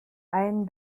ein